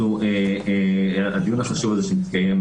הדיון החשוב הזה שמתקיים,